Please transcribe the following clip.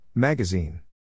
Magazine